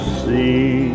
see